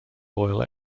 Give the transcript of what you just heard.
oil